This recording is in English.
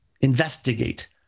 investigate